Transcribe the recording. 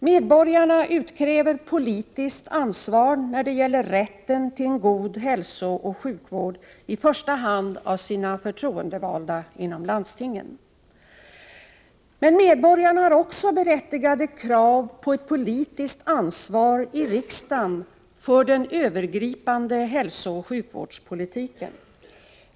Medborgarna utkräver politiskt ansvar när det gäller rätten till en god hälsooch sjukvård i första hand av sina företroendevalda i landstingen. Men medborgarna har också berättigade krav på ett politiskt ansvar i riksdagen för den övergripande hälsooch sjukvårdspolitiken.